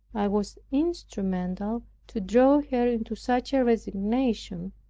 was instrumental to draw her into such a resignation,